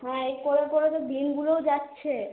হ্যাঁ এই করে করে তো দিনগুলোও যাচ্ছে